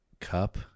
Cup